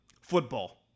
Football